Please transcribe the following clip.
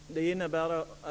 Herr talman! Det gläder mig.